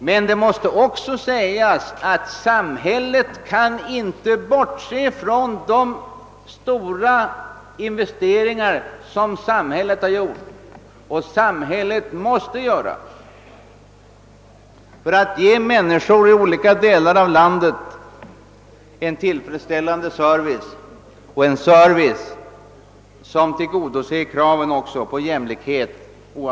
Men samhället å sin sida kan inte bortse från de stora investeringar som samhället har gjort och måste göra för att ge människor i olika delar av landet en service som tillgodoser kraven på jämlikhet.